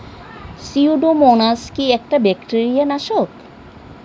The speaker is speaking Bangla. সিউডোমোনাস কি একটা ব্যাকটেরিয়া নাশক?